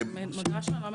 אני לא מכירה את זה.